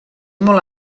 molt